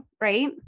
right